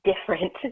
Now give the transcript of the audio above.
different